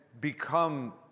become